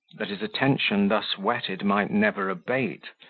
that his attention thus whetted might never abate,